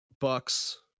Bucks